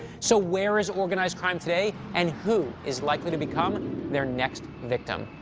so where is organized crime today, and who is likely to become their next victim?